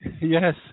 yes